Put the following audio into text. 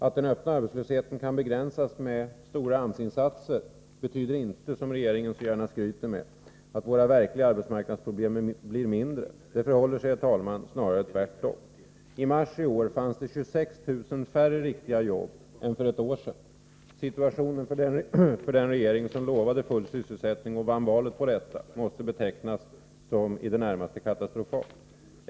Att den öppna arbetslösheten kan begränsas genom stora AMS-insatser betyder inte, som regeringen så gärna skryter med, att våra verkliga arbetsmarknadsproblem blir mindre. Det förhåller sig, herr talman, snarare tvärtom. I mars i år fanns det 26 000 färre riktiga jobb än för ett år sedan. Situationen för den regering som lovade full sysselsättning och vann valet på detta måste betecknas som i det närmaste katastrofal.